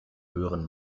höheren